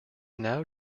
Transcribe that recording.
now